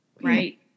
Right